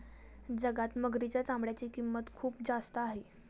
जगात मगरीच्या चामड्याची किंमत खूप जास्त आहे